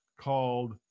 called